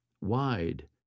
wide